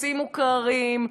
הדפוסים מוכרים,